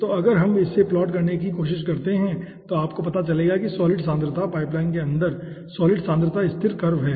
तो अगर हम इसे प्लॉट करने की कोशिश करते हैं तो आपको पता चलेगा कि सॉलिड सांद्रता पाइपलाइन के अंदर सॉलिड सांद्रता स्थिर कर्व है